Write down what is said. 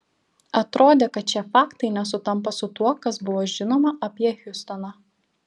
atrodė kad šie faktai nesutampa su tuo kas buvo žinoma apie hiustoną